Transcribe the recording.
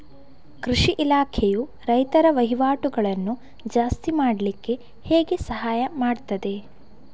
ಕೃಷಿ ಇಲಾಖೆಯು ರೈತರ ವಹಿವಾಟುಗಳನ್ನು ಜಾಸ್ತಿ ಮಾಡ್ಲಿಕ್ಕೆ ಹೇಗೆ ಸಹಾಯ ಮಾಡ್ತದೆ?